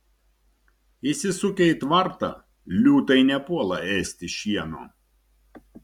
įsisukę į tvartą liūtai nepuola ėsti šieno